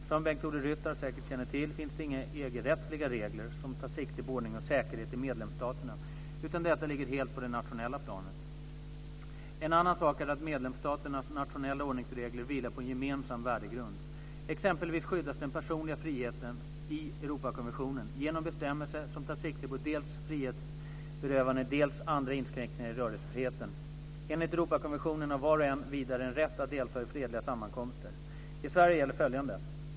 Som Bengt-Ola Ryttar säkert känner till finns det inga EG-rättsliga regler som tar sikte på ordning och säkerhet i medlemsstaterna, utan detta ligger helt på det nationella planet. En annan sak är att medlemsstaternas nationella ordningsregler vilar på en gemensam värdegrund. Exempelvis skyddas den personliga friheten i Europakonventionen genom bestämmelser som tar sikte på dels frihetsberövande, dels andra inskränkningar i rörelsefriheten. Enligt Europakonventionen har var och en vidare en rätt att delta i fredliga sammankomster. I Sverige gäller följande.